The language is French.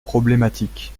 problématique